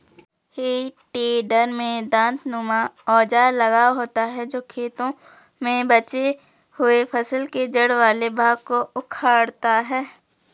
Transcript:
हेइ टेडर में दाँतनुमा औजार लगा होता है जो खेतों में बचे हुए फसल के जड़ वाले भाग को उखाड़ता है